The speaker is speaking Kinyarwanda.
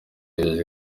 yijeje